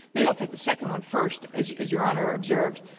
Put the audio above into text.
may i take the second one first? as as your honor observed,